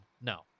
No